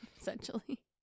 essentially